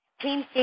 Team